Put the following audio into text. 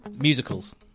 Musicals